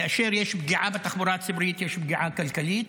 כאשר יש פגיעה בתחבורה הציבורית יש פגיעה כלכלית,